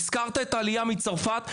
הזכרת את העלייה מצרפת,